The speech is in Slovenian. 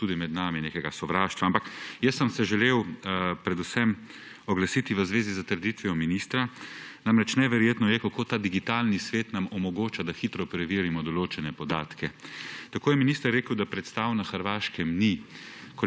je med nami tudi nekega sovraštva, ampak želel sem se predvsem oglasiti v zvezi s trditvijo ministra. Namreč, neverjetno je, kako nam ta digitalni svet omogoča, da hitro preverimo določene podatke. Tako je minister rekel, da predstav na Hrvaškem ni.